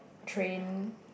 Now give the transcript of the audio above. train